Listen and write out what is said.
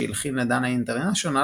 שהלחין לדנה אינטרנשיונל,